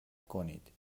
کنید